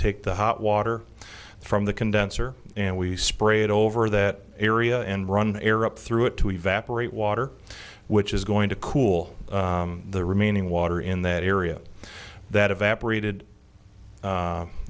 take the hot water from the condenser and we spray it over that area and run the air up through it to evaporate water which is going to cool the remaining water in that area that evaporated